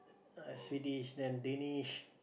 uh Swedish then Danish